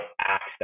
access